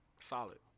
Solid